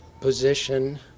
position